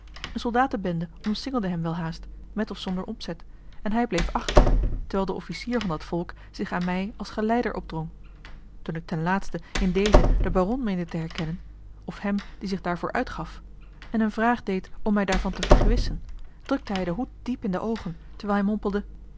eene soldatenbende omsingelde hem welhaast met of zonder opzet en hij bleef achter terwijl de officier van dat volk zich aan mij als geleider opdrong toen ik ten laatste in dezen den baron meende te herkennen of hem die zich daarvoor uitgaf en eene vraag deed om mij daarvan te vergewissen drukte hij den hoed diep in de oogen